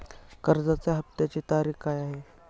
कर्जाचा हफ्त्याची तारीख काय आहे?